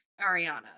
Ariana